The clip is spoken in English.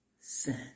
sin